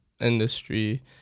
industry